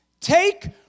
Take